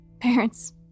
Parents